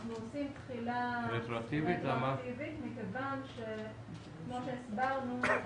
אנחנו עושים תחילה רטרואקטיבית מכיוון שכמו שהסברנו,